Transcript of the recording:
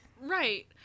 Right